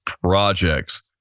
projects